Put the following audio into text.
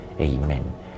amen